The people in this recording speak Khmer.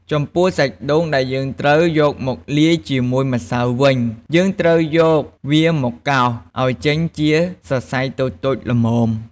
ចំពោះសាច់ដូងដែលយើងត្រូវយកមកលាយជាមួយម្សៅវិញ យើងត្រូវយកវាមកកោសឱ្យចេញជាសរសៃតូចៗល្មម។